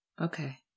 Okay